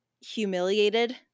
humiliated